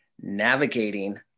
Navigating